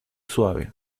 suave